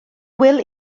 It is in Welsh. wil